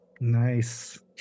Nice